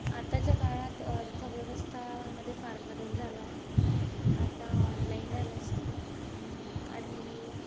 आताच्या काळात अर्थव्यवस्थामध्ये फार बदल झाला आहे आता ऑनलाईन झालं आहे सगळं आधी